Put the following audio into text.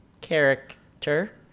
character